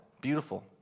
beautiful